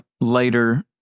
later